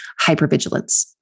hypervigilance